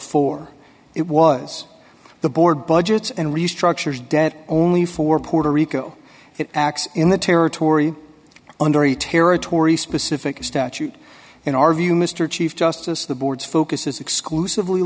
four it was the board budgets and restructures debt only for puerto rico it acts in the territory under a territory specific statute in our view mr chief justice the board focuses exclusively